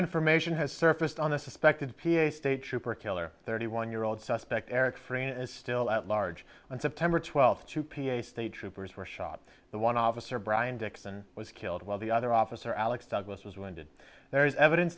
information has surfaced on the suspected p a state trooper killer thirty one year old suspect eric freeman is still at large on september twelfth two p s the troopers were shot the one officer brian dixon was killed while the other officer alex douglas was wounded there is evidence